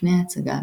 לפני ההצגה,